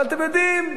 אבל אתם יודעים,